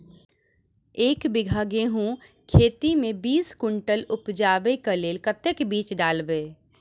एक बीघा गेंहूँ खेती मे बीस कुनटल उपजाबै केँ लेल कतेक बीज डालबै?